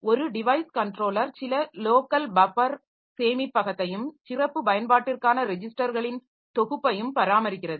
ஒரு device controller சில local buffer சேமிப்பகத்தையும் சிறப்பு பயன்பாட்டிற்கான ரெஜிஸ்டர்களின் தொகுப்பையும் பராமரிக்கிறது